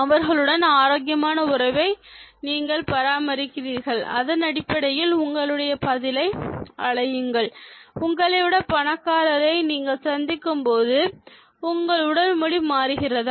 அவர்களுடன் ஆரோக்கியமான உறவை நீங்கள் பராமரிக்கிறீர்கள் அதனடிப்படையில் உங்களுடைய பதிலை அளியுங்கள் உங்களைவிட பணக்காரரை நீங்கள் சந்திக்கும் பொழுது உங்கள் உடல் மொழி மாறுகிறதா